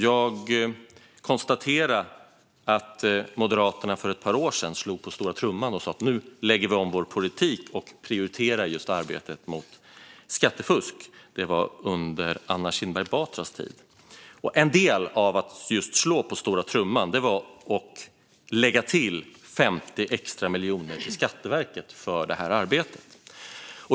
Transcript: Jag konstaterar att Moderaterna för ett par år sedan slog på stora trumman och sa att de lägger om sin politik och prioriterar arbetet mot skattefusk. Det var under Anna Kinberg Batras tid. En del av att slå på stora trumman var att lägga till 50 extra miljoner till Skatteverket för det här arbetet.